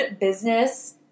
business